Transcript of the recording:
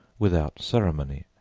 without ceremony,